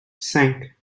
cinq